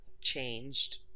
changed